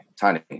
tiny